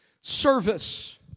Service